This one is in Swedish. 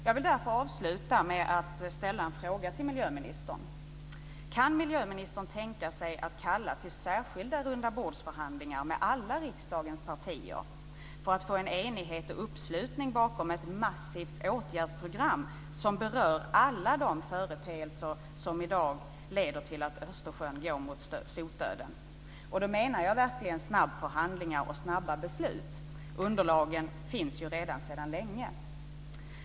Jag vill därför avsluta med att ställa en fråga till miljöministern: Kan miljöministern tänka sig att kalla till särskilda rundabordsförhandlingar med alla riksdagens partier för att få enighet och uppslutning bakom ett massivt åtgärdsprogram som berör alla de företeelser som i dag leder till att Östersjön går mot sotdöden? Då menar jag verkligen snabbförhandlingar och snabba beslut. Underlagen finns sedan länge.